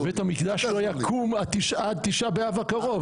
שבית המקדש לא יקום עד תשעה באב הקרוב.